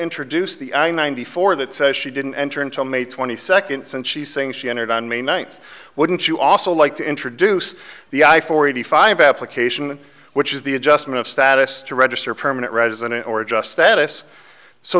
introduce the i ninety four that says she didn't enter until may twenty second since she's saying she entered on may ninth wouldn't you also like to introduce the i forty five application which is the adjustment of status to register a permanent resident or adjust status so